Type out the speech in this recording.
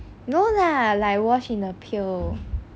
no lah like wash in the pail